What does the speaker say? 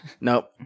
Nope